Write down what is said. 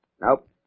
Nope